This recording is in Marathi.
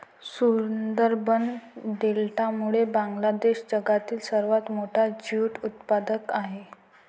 सुंदरबन डेल्टामुळे बांगलादेश जगातील सर्वात मोठा ज्यूट उत्पादक आहे